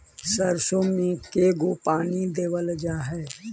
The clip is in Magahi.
सरसों में के गो पानी देबल जा है?